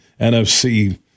NFC